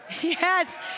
Yes